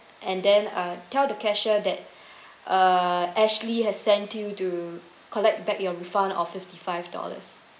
and then uh tell the cashier that uh ashley has sent you to collect back your refund of fifty-five dollars